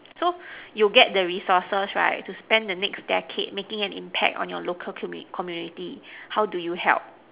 so you get the resources right to spend the next decade making an impact on your local commu~ community how do you help